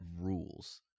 rules